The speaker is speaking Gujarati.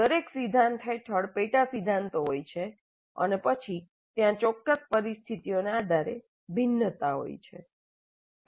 દરેક સિદ્ધાંત હેઠળ પેટા સિદ્ધાંતો હોય છે અને પછી ત્યાં ચોક્કસ પરિસ્થિતિઓને આધારે ભિન્નતા હોય છે